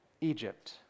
Egypt